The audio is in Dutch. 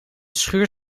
schuur